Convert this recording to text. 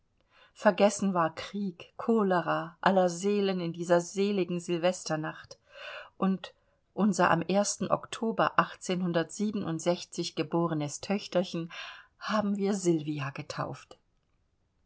vergessen war krieg cholera allerseelen in dieser seligen sylvesternacht und unser am oktober geborenes töchterchen haben wir sylvia getauft